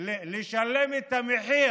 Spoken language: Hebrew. לשלם את המחיר.